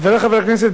חברי חברי הכנסת,